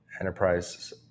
enterprise